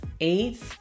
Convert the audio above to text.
eight